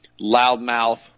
loudmouth